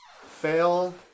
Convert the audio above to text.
fail